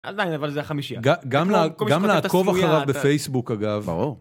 עדיין אבל זה החמישיה גם לעקוב אחריו בפייסבוק אגב.